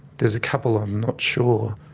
there's a couple i'm not sure,